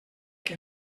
que